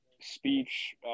speech